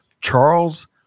Charles